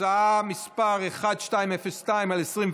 הצעה מס' 1202/24,